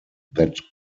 that